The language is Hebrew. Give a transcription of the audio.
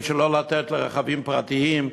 שלא לתת לרכבים פרטיים,